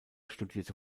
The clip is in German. studierte